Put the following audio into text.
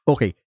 Okay